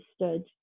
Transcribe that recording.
understood